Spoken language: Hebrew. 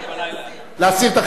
אני רוצה להסיר.